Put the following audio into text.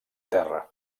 terra